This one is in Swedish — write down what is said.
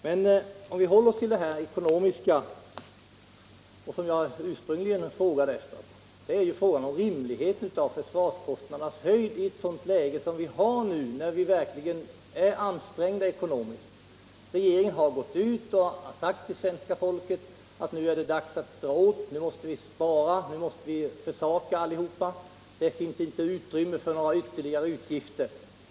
Men vad jag ursprungligen frågade var om försvarskostnadernas höjd är rimlig i det läge vi nu har, då vi verkligen är ansträngda ekonomiskt. Regeringen har sagt till svenska folket att det är dags att spara och att vi nu alla måste försaka. Det finns inget utrymme för ytterligare utgifter.